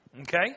okay